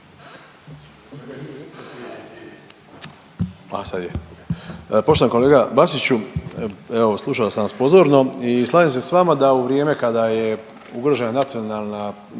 (HDS)** Poštovani kolega Bačiću, evo slušao sam vas pozorno i slažem se s vama da u vrijeme kada je ugrožena nacionalna,